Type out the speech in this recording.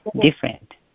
different